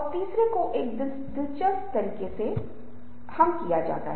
संचार की शैली कई समस्याओं का स्रोत हो सकती है